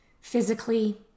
physically